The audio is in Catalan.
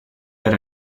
per